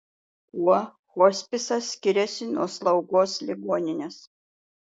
kuo hospisas skiriasi nuo slaugos ligoninės